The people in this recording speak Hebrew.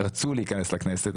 רצו להיכנס לכנסת,